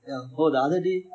ya oh the other day